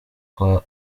kwa